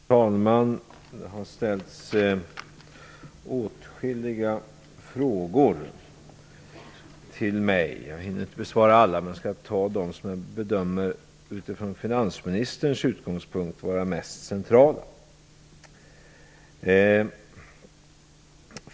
Fru talman! Det har ställts åtskilliga frågor till mig. Jag hinner inte besvara alla, men jag skall ta upp dem som jag, utifrån en finansministers utgångspunkt, finner vara mest centrala.